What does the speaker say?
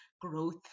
growth